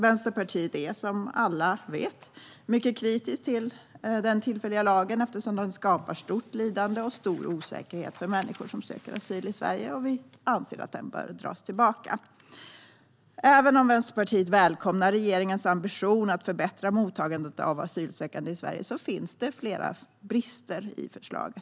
Vänsterpartiet är som alla vet mycket kritiskt till den tillfälliga lagen eftersom den skapar stort lidande och stor osäkerhet för människor som söker asyl i Sverige. Vi anser att den bör dras tillbaka. Även om Vänsterpartiet välkomnar regeringens ambition att förbättra mottagandet av asylsökande i Sverige finns det flera brister i förslaget.